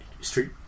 street